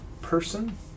person